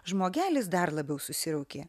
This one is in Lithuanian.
žmogelis dar labiau susiraukė